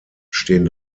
stehen